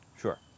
Sure